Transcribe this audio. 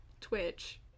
Twitch